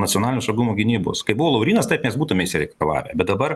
nacionalinio saugumo gynybos kai buvo laurynas taip mes būtume išsireikalavę bet dabar